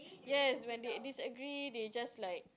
yes when they disagree they just like